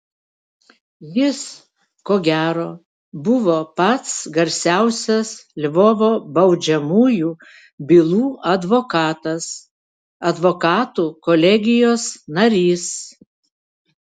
jis ko gero buvo pats garsiausias lvovo baudžiamųjų bylų advokatas advokatų kolegijos narys